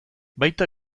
baita